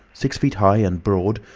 six feet high, and broad,